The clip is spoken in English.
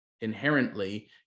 inherently